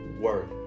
word